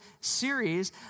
series